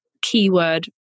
keyword